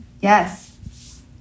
Yes